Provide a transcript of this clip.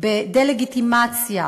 בדה-לגיטימציה